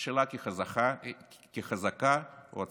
שלה כחזקה ועצמאית.